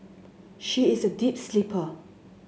she is a deep sleeper